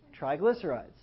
triglycerides